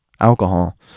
alcohol